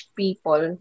people